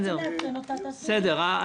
אם רוצים לעדכן אותה תעשו את זה במסלול.